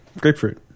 grapefruit